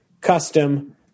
custom